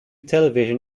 television